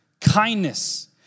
kindness